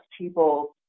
people